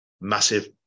massive